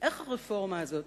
איך הרפורמה הזאת